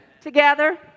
Together